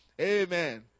Amen